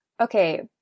Okay